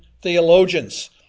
theologians